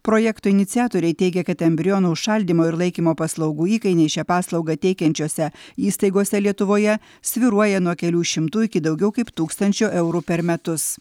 projekto iniciatoriai teigia kad embrionų užšaldymo ir laikymo paslaugų įkainiai šią paslaugą teikiančiose įstaigose lietuvoje svyruoja nuo kelių šimtų iki daugiau kaip tūkstančio eurų per metus